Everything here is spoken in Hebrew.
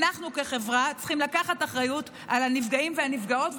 אנחנו כחברה צריכים לקחת אחריות על הנפגעים והנפגעות,